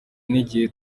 n’igihe